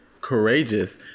courageous